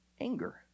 anger